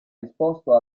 risposto